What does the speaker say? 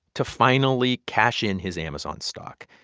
to finally cash in his amazon stock.